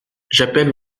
j’appelle